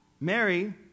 Mary